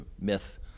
myth